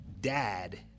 dad